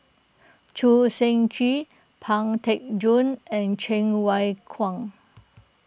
Choo Seng Quee Pang Teck Joon and Cheng Wai Keung